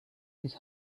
his